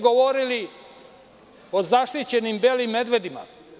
Govorili ste o zaštićenim belim medvedima.